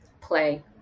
Play